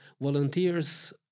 volunteers